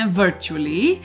virtually